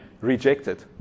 Rejected